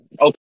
Okay